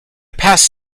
past